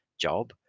job